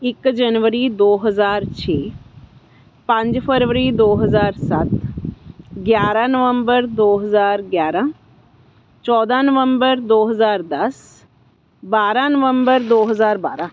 ਇੱਕ ਜਨਵਰੀ ਦੋ ਹਜ਼ਾਰ ਛੇ ਪੰਜ ਫਰਵਰੀ ਦੋ ਹਜ਼ਾਰ ਸੱਤ ਗਿਆਰਾਂ ਨਵੰਬਰ ਦੋ ਹਜ਼ਾਰ ਗਿਆਰਾਂ ਚੌਦਾਂ ਨਵੰਬਰ ਦੋ ਹਜ਼ਾਰ ਦਸ ਬਾਰ੍ਹਾਂ ਨਵੰਬਰ ਦੋ ਹਜ਼ਾਰ ਬਾਰ੍ਹਾਂ